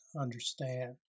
understand